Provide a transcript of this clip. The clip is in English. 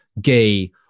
gay